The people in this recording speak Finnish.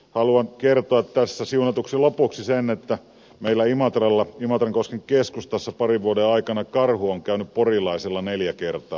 haluan kertoa tässä siunatuksi lopuksi sen että meillä imatralla imatrankosken keskustassa parin vuoden aikana karhu on käynyt porilaisella neljä kertaa